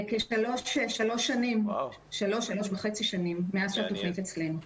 תוך כשלוש-שלוש וחצי שנים מאז שהתכנית אצלנו.